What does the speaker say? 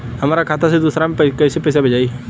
हमरा खाता से दूसरा में कैसे पैसा भेजाई?